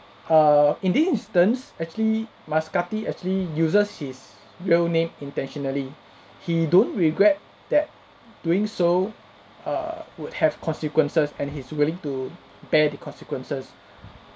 err in this instance actually maskati actually uses his real name intentionally he don't regret that doing so err would have consequences and he's willing to bear the consequences